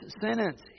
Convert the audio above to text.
sentence